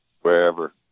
wherever